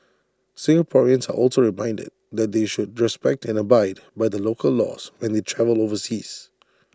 Singaporeans are also reminded that they should respect and abide by the local laws when they travel overseas